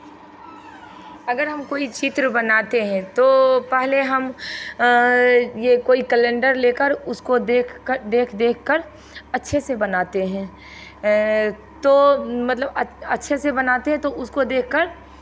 अगर हम कोई चित्र बनाते हैं तो पहले हम ये कोई कैलेंडर लेकर उसको देख कर देख देख कर अच्छे से बनाते हैं तो मतलब अच्छे से बनाते हैं तो उसको देख कर